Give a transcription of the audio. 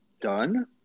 done